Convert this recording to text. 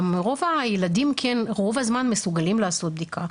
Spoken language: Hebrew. גם רוב הילדים רוב הזמן מסוגלים לעשות בדיקה,